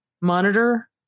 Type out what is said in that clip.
monitor